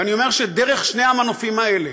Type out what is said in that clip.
ואני אומר שדרך שני המנופים האלה,